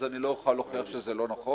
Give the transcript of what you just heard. אז אני לא אוכל להוכיח שזה לא נכון.